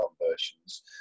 conversions